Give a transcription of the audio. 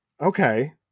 Okay